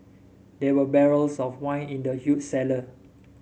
there were barrels of wine in the huge cellar